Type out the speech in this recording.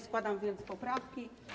Składam więc poprawki.